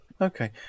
Okay